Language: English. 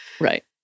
right